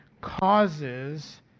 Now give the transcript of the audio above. causes